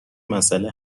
مسئله